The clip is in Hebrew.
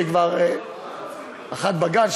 אחד בגן,